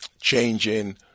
changing